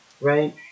right